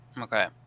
okay